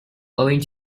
owing